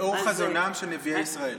לאור חזונם של נביאי ישראל.